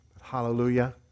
hallelujah